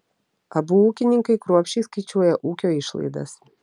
abu ūkininkai kruopščiai skaičiuoja ūkio išlaidas